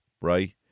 right